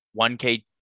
1k